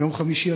ביום חמישי,